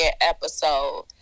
episode